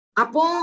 apo